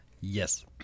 yes